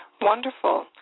Wonderful